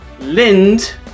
Lind